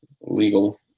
legal